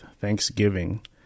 Thanksgiving